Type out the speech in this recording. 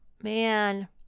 man